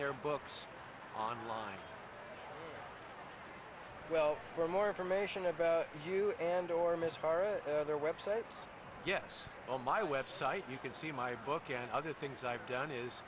their books online well for more information about you and or him as far as their web site yes on my website you can see my book and other things i've done is